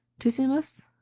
tuissimus,